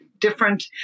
different